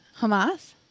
Hamas